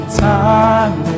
time